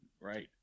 right